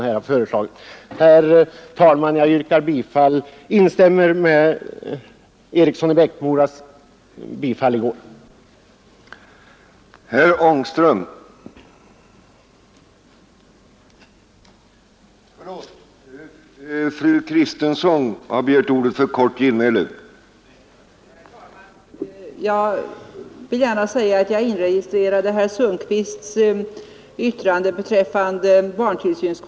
Herr talman! Jag ber att få instämma i det yrkande som herr Eriksson i Bäckmora tidigare framställt.